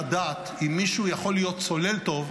ולדעת אם מישהו יכול להיות צולל טוב,